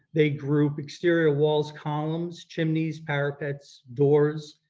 they group exterior walls, columns, chimneys, parapets, doors,